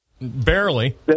barely